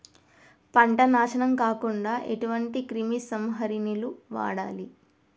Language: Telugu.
పంట నాశనం కాకుండా ఎటువంటి క్రిమి సంహారిణిలు వాడాలి?